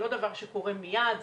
לא דבר שקורה מיד.